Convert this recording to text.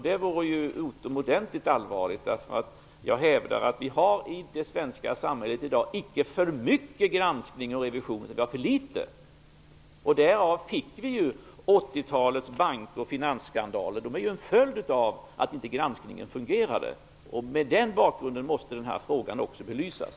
Det vore ju utomordentligt allvarligt, därför att jag hävdar att vi har i det svenska samhället i dag icke för mycket granskning och revision, utan vi har för litet. Därav fick vi 80-talets bank och finansskandaler. De är ju en följd av att granskningen inte fungerade. Med den bakgrunden måste den här frågan också belysas.